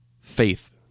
faith